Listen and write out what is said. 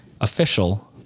Official